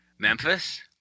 Memphis